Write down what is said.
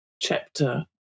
chapter